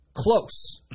close